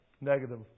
negative